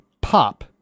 pop